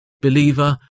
Believer